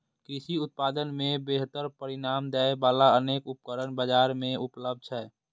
कृषि उत्पादन मे बेहतर परिणाम दै बला अनेक उपकरण बाजार मे उपलब्ध छै